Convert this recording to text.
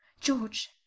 George